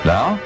Now